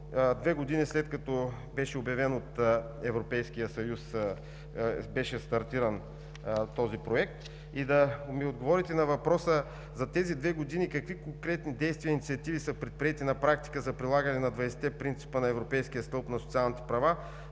две години след като беше обявен от Европейския съюз, беше стартиран този проект. Да ми отговорите на въпроса: за тези две години какви конкретни действия и инициативи са предприети на практика на 20-те принципа на Европейския стълб на социалните права